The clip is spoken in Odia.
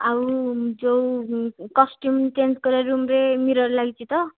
ଆଉ ଯେଉଁ କଷ୍ଟ୍ୟୁମ୍ ଚେଞ୍ଜ୍ କରିବା ରୁମ୍ରେ ମିରର୍ ଲାଗିଛି ତ